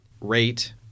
rate